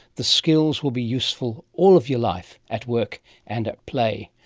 the skills will be useful all of your life at work and at play.